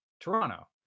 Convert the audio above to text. toronto